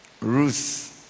Ruth